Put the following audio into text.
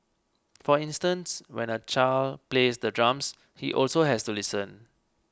for instance when a child plays the drums he also has to listen